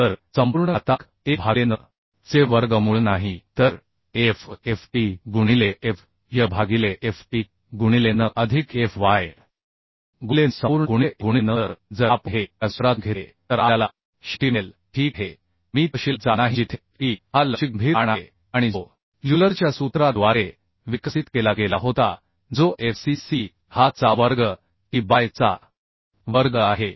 तर संपूर्ण घातांक 1 भागिले n चे वर्गमूळ नाही तर f f e गुणिले f y भागिले f e गुणिले n अधिक f y गुणिले n संपूर्ण गुणिले 1 गुणिले n तर जर आपण हे या सूत्रातून घेतले तर आपल्याला शेवटी मिळेल ठीक आहे मी तपशीलात जात नाही जिथे f e हा लवचिक गंभीर ताण आहे आणि जो युलरच्या सूत्राद्वारे विकसित केला गेला होता जो f c c हा π चा वर्ग e बाय λ चा वर्ग आहे